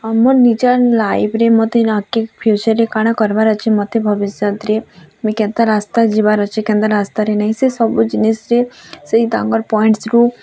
ଆମର୍ ନିଜର୍ ଲାଇଫ୍ରେ ମୋତେ ଆଗ୍କେ ଫିୟୁଚର୍ରେ କାଣା କରିବାର ଅଛେ ମତେ ଭବିଷ୍ୟତରେ ମୁଇଁ କେନ୍ତା ରାସ୍ତା ଯିବାର୍ ଅଛି କେନ୍ତା ରାସ୍ତାରେ ନେଇଁ ସେ ସବୁ ଜିନିଷ୍ରେ ସେଇ ତାଙ୍କର୍ ପଏଣ୍ଟସ୍ରୁ